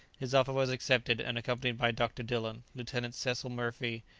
his offer was accepted, and accompanied by dr. dillon, lieutenant cecil murphy,